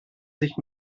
sich